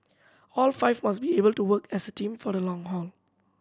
all five must be able to work as a team for the long haul